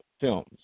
films